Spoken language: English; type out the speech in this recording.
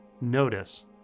notice